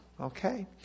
okay